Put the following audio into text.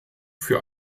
für